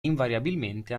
invariabilmente